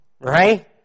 right